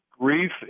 Grief